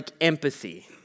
empathy